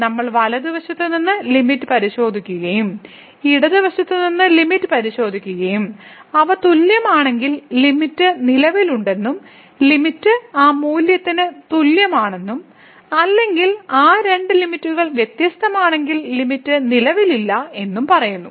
നമ്മൾ വലതുവശത്ത് നിന്ന് ലിമിറ്റ് പരിശോധിക്കുകയും ഇടത് വശത്ത് നിന്ന് ലിമിറ്റ് പരിശോധിക്കുകയും അവ തുല്യമാണെങ്കിൽ ലിമിറ്റ് നിലവിലുണ്ടെന്നും ലിമിറ്റ് ആ മൂല്യത്തിന് തുല്യമാണെന്നും അല്ലെങ്കിൽ ആ രണ്ട് ലിമിറ്റ്കൾ വ്യത്യസ്തമാണെങ്കിൽ ലിമിറ്റ് നിലവിലില്ല എന്നും പറയുന്നു